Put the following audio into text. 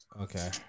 okay